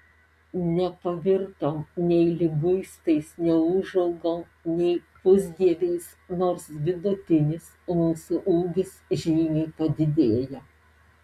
nepavirtom nei liguistais neūžaugom nei pusdieviais nors vidutinis mūsų ūgis žymiai padidėjo